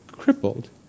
Crippled